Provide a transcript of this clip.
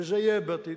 וזה יהיה בעתיד,